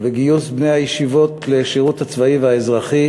וגיוס בני הישיבות לשירות הצבאי והאזרחי